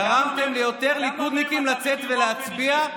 גרמתם ליותר ליכודניקים לצאת ולהצביע,